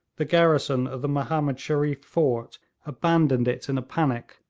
the garrison of the mahomed shereef fort abandoned it in a panic,